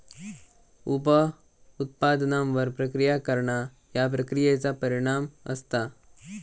उप उत्पादनांवर प्रक्रिया करणा ह्या प्रक्रियेचा परिणाम असता